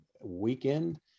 weekend